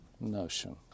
notion